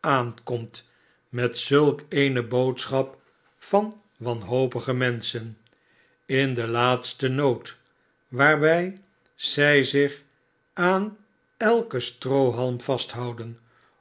aankomt met zulk eene boodschap van wanhopige menschen in den laatsten nood waarbij zij zich aan elken stroohalm vasthouden